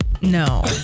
No